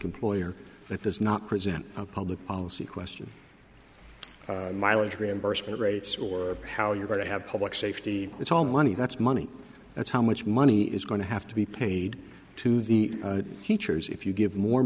employer that does not present a public policy question mileage reimbursement rates or how you're going to have public safety it's all money that's money that's how much money is going to have to be paid to the teachers if you give more